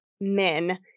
men